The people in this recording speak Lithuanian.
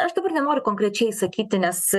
aš dabar nenoriu konkrečiai sakyti nes